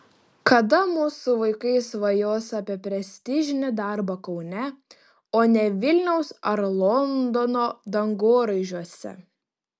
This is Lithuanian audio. kada mūsų vaikai svajos apie prestižinį darbą kaune o ne vilniaus ar londono dangoraižiuose